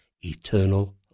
eternal